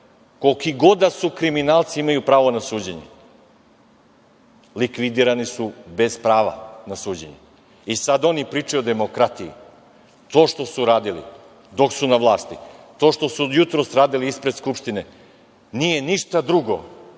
Koliki god da su kriminalci imaju pravo na suđenje. Likvidirani su bez prava na suđenje. I sada oni pričaju o demokratiji. To što su radili dok su na vlasti, to što su jutros radili ispred Skupštine, nije ništa drugo